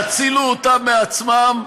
תצילו אותם מעצמם.